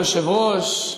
כבוד היושב-ראש,